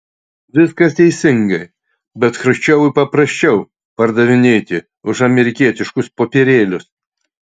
viskas teisingai bet chruščiovui paprasčiau pardavinėti už amerikietiškus popierėlius